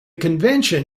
convention